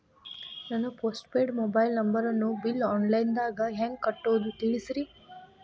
ನನ್ನ postpaid mobile ನಂಬರನ್ನು bill online ದಾಗ ಹೆಂಗ್ ಕಟ್ಟೋದು ತಿಳಿಸ್ರಿ